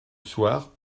soir